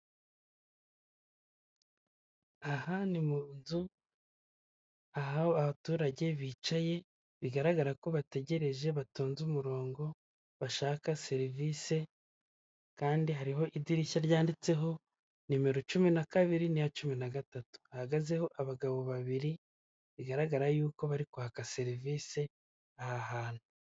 Aha ni munzu aho abaturage bicaye bigaragara ko bategereje batonze umurongo bashaka serivise kandi hariho idirisha ryanditseho nimero cumi niya kabiri na cumi na gatatu, hahagazeho abagabo babiri bigaragara ko bari kwaka serivise aha hantu.